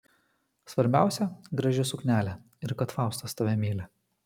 svarbiausia graži suknelė ir kad faustas tave myli